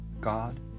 god